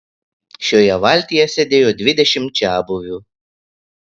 šioje valtyje sėdėjo dvidešimt čiabuvių